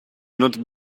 not